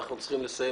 אנחנו צריכים לסיים.